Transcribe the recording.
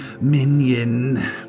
minion